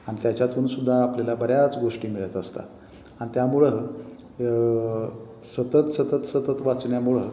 आणि त्याच्यातून सुद्धा आपल्याला बऱ्याच गोष्टी मिळत असतात आणि त्यामुळं सतत सतत सतत वाचण्यामुळं